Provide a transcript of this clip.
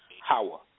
Hawa